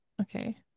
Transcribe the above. okay